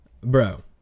Bro